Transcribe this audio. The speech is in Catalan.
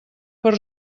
per